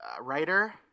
writer